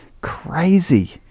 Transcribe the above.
crazy